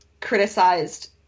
criticized